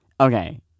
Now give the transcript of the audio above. Okay